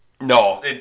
No